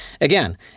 Again